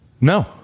No